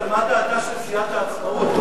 אבל מה דעתה של סיעת העצמאות?